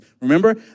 Remember